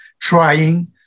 trying